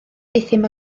euthum